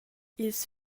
ils